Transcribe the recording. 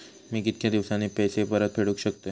मी कीतक्या दिवसांनी पैसे परत फेडुक शकतय?